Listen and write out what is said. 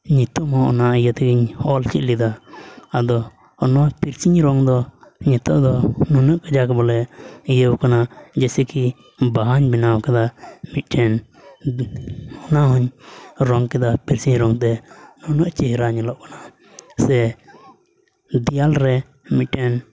ᱧᱩᱛᱩᱢ ᱦᱚᱸ ᱚᱱᱟ ᱤᱭᱟᱹ ᱛᱮᱜᱤᱧ ᱚᱞ ᱪᱮᱫ ᱞᱮᱫᱟ ᱟᱫᱚ ᱚᱱᱟ ᱯᱮᱱᱥᱤᱞ ᱨᱚᱝ ᱫᱚ ᱱᱤᱛᱚᱜ ᱫᱚ ᱱᱩᱱᱟᱹᱜ ᱠᱟᱡᱟᱠ ᱵᱚᱞᱮ ᱤᱭᱟᱹᱣ ᱠᱟᱱᱟ ᱡᱮᱭᱥᱮ ᱠᱤ ᱵᱟᱦᱟᱧ ᱵᱮᱱᱟᱣ ᱠᱟᱫᱟ ᱢᱤᱫᱴᱮᱱ ᱚᱱᱟ ᱦᱚᱸᱧ ᱨᱚᱝ ᱠᱮᱫᱟ ᱯᱮᱱᱥᱤᱞ ᱨᱚᱝ ᱛᱮ ᱩᱱᱟᱹᱜ ᱪᱮᱦᱨᱟ ᱧᱮᱞᱚᱜ ᱠᱟᱱᱟ ᱥᱮ ᱫᱮᱣᱟᱞ ᱨᱮ ᱢᱤᱫᱴᱮᱱ